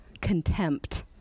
contempt